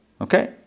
Okay